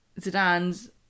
Zidane's